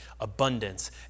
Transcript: abundance